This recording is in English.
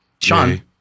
Sean